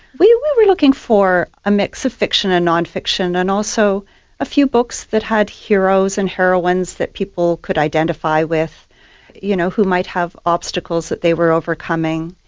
we were really looking for a mix of fiction and non-fiction and also a few books that had heroes and heroines that people could identify with you know who might have obstacles that they were overcoming,